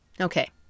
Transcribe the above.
okay